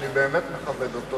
ואני באמת מכבד אותו,